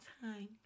time